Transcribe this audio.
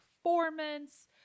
performance